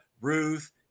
ruth